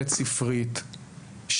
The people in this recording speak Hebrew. בית ספרית,